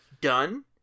done